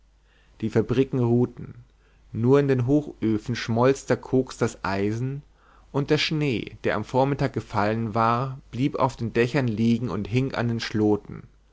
die fabriken ruhten nur in den hochöfen schmolz der koks das eisen und der schnee der am vormittag gefallen war blieb auf den dächern liegen und hing an den schloten